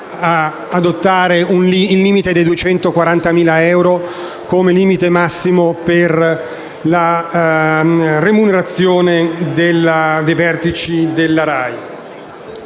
adottare i 240.000 euro come limite massimo per la remunerazione dei vertici della RAI.